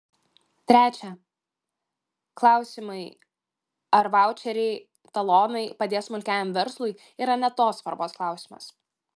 trečia klausimai ar vaučeriai talonai padės smulkiajam verslui yra ne tos svarbos klausimas